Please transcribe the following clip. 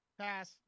Pass